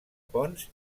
ponts